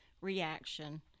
reaction